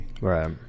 Right